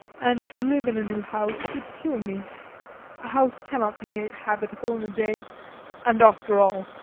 and to live in a new house would kill me. a house cannot be made habitable in a day and, after all,